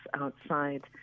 outside